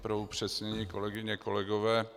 Pro upřesnění, kolegyně, kolegové.